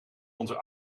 onze